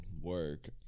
work